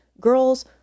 girls